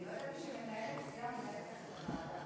אני לא ידעתי שמנהלת סיעה מנהלת לך את המליאה.